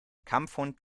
kampfhund